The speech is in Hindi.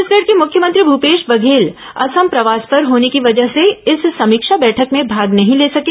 छत्तीसगढ़ के मुख्यमंत्री भूपेश बघेल असम प्रवास पर होने की वजह से इस समीक्षा बैठक में भाग नहीं ले सके